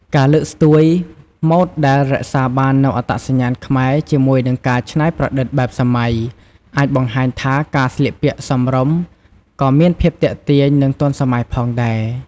ការលើកស្ទួយម៉ូដដែល រក្សាបាននូវអត្តសញ្ញាណខ្មែរជាមួយនឹងការច្នៃប្រឌិតបែបសម័យ អាចបង្ហាញថាការស្លៀកពាក់សមរម្យក៏មានភាពទាក់ទាញ និងទាន់សម័យផងដែរ។